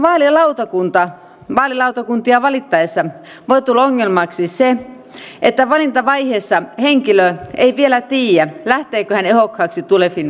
samoin vaalilautakuntia valittaessa voi tulla ongelmaksi se että valintavaiheessa henkilö ei vielä tiedä lähteekö hän ehdokkaaksi tuleviin vaaleihin